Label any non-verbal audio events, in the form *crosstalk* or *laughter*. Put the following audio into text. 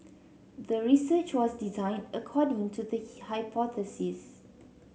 the research was designed according to the *unintelligible* hypothesis